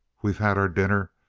we've had our dinner,